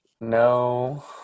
No